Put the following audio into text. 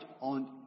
on